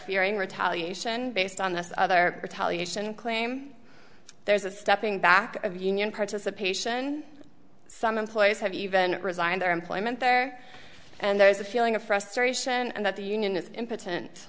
fearing retaliation based on this other retaliation claim there's a stepping back of union participation some employees have even resigned their employment there and there is a feeling of frustration and that the union i